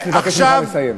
אני נאלץ לבקש ממך לסיים.